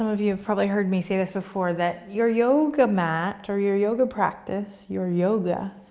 um of you have probably heard me say this before, that your yoga mat or your yoga practice, your yoga,